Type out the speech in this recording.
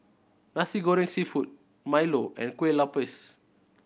Nasi Goreng Seafood milo and Kueh Lopes